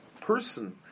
person